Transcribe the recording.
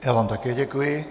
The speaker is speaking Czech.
Já vám také děkuji.